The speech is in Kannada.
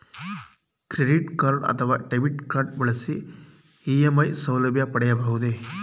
ಕ್ರೆಡಿಟ್ ಕಾರ್ಡ್ ಅಥವಾ ಡೆಬಿಟ್ ಕಾರ್ಡ್ ಬಳಸಿ ಇ.ಎಂ.ಐ ಸೌಲಭ್ಯ ಪಡೆಯಬಹುದೇ?